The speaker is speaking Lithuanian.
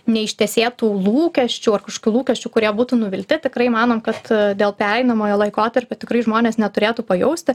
neištesėtų lūkesčių ar kažkokių lūkesčių kurie būtų nuvilti tikrai manom kad dėl pereinamojo laikotarpio tikrai žmonės neturėtų pajausti